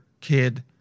kid